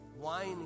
wine